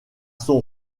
son